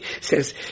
says